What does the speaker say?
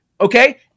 okay